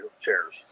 chairs